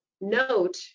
note